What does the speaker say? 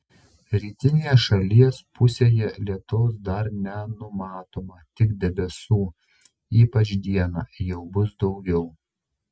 rytinėje šalies pusėje lietaus dar nenumatoma tik debesų ypač dieną jau bus daugiau